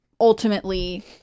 ultimately